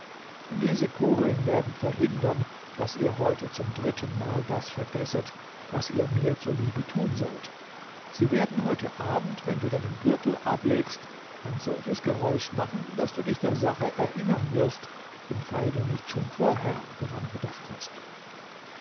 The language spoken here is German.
diese kugeln werden verhindern daß ihr heute zum drittenmal das vergesset was ihr mir zuliebe tun sollt sie werden heute abend wenn du deinen gürtel ablegst ein solches geräusch machen daß du dich der sache erinnern wirst im fall du nicht schon vorher daran gedacht hast